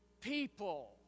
people